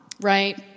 Right